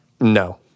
No